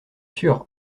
sûr